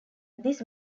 this